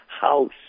house